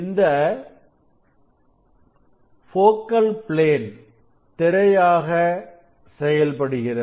இந்த போகள் பிளேன் திரையாக செயல்படுகிறது